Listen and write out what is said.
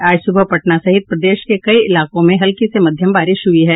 आज सुबह पटना सहित प्रदेश के कई इलाकों में हल्की से मध्यम बारिश हुई है